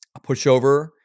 pushover